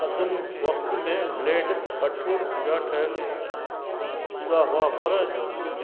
क़दम वक़त में ब्लेड काठ जा ठहियलु हूंदा हुआ पर